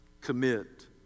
commit